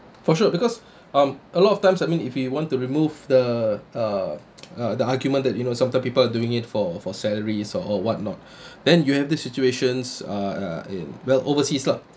for sure because um a lot of times I mean if you want to remove the uh uh the argument that you know sometime people are doing it for for salaries or what not then you have the situations uh uh in well overseas lah